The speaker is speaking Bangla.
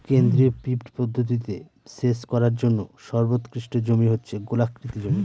কেন্দ্রীয় পিভট পদ্ধতিতে সেচ করার জন্য সর্বোৎকৃষ্ট জমি হচ্ছে গোলাকৃতি জমি